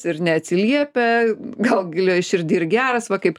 ir neatsiliepia gal gilioj širdy ir geras va kaip